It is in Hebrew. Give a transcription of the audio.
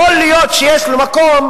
יכול להיות שיש לו מקום,